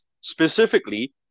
specifically